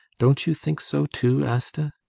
don't you think so too, asta?